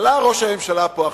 עלה פה ראש הממשלה עכשיו